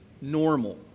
normal